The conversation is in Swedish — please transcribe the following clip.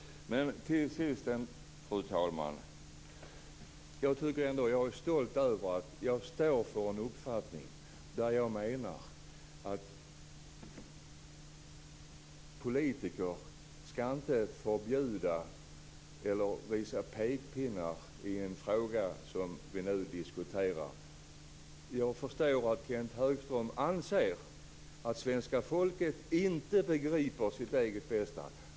Fru talman! Jag är stolt över att jag står för den uppfattningen att politiker inte skall förbjuda eller visa pekpinnar i den fråga vi nu diskuterar. Jag förstår att Kenth Högström anser att svenska folket inte begriper sitt eget bästa.